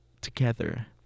together